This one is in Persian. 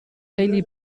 خیلی